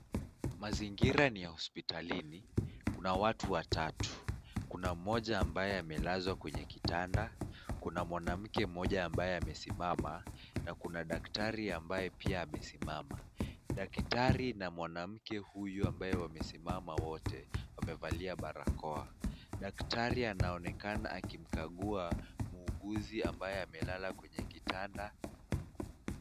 Mazingira ni ya hospitalini kuna watu watatu, kuna mmoja ambaye amelazwa kwenye kitanda, kuna mwanamke mmoja ambaye amesimama na kuna daktari ambaye pia amesimama. Daktari na mwanamke huyu ambaye wamesimama wote, wamevalia barakoa. Daktari anaonekana akimkagua muuguzi ambaye amelala kwenye kitanda.